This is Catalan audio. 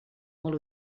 molt